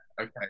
Okay